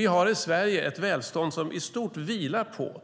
Vi har i Sverige ett välstånd som i stort vilar på